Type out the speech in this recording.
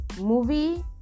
movie